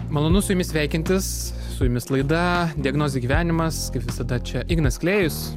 malonu su jumis sveikintis su jumis laida diagnozė gyvenimas kaip visada čia ignas klėjus